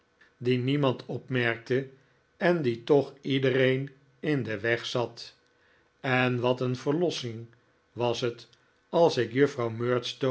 die niemand opmerkte en die toch iedereen in den weg zat en wat een verlossing was het als ik juffrouw